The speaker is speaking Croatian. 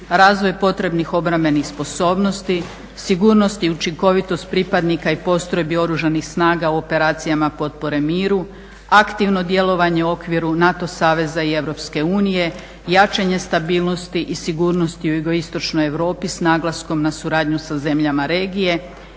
razvoj potrebnih obrambenih sposobnosti, sigurnost i učinkovitost pripadnika i postrojbi Oružanih snaga u operacijama potpore miru, aktivno djelovanje u okviru NATO saveza i EU, jačanje stabilnosti i sigurnosti u jugoistočnoj Europi s naglaskom na suradnju sa zemljama regije,